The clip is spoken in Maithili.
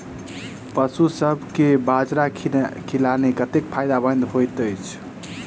पशुसभ केँ बाजरा खिलानै कतेक फायदेमंद होइ छै?